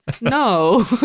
no